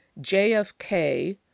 JFK